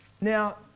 Now